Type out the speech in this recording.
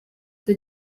the